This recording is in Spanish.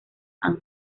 han